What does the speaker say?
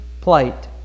plight